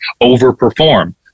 overperform